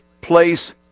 place